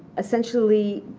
essentially,